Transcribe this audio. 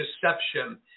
deception